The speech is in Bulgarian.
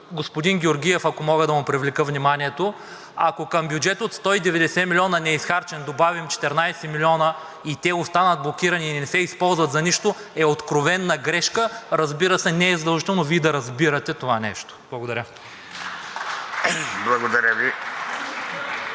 господин Георгиев, ако мога да му привлека вниманието: ако към неизхарчен бюджет от 190 милиона, добавим 14 милиона и те останат блокирани и не се използват за нищо е откровена грешка. Разбира се, не е задължително Вие да разбирате това нещо. Благодаря. (Ръкопляскания